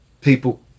people